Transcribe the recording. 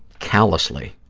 callously